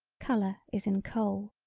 color is in coal.